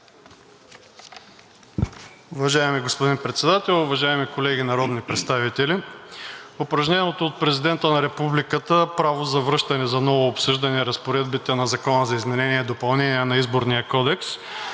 Уважаеми господин Председател, уважаеми колеги народни представители! Упражненото от Президента на Републиката право за връщане за ново обсъждане разпоредбите на Законопроекта за изменение и допълнение на Изборния кодекс